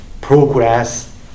progress